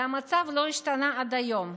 והמצב לא השתנה עד היום.